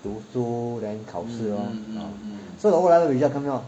读书 then 考试 lor 所以后来 results come out